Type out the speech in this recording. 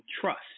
trust